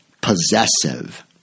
possessive